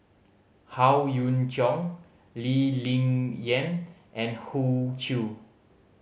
Howe Yoon Chong Lee Ling Yen and Hoey Choo